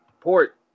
Port